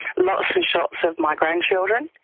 lots of and shots of my grandchildren.